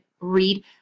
read